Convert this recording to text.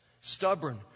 stubborn